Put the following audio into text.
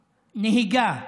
מהנהיגה.